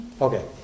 Okay